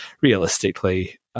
realistically